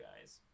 guys